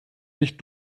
mich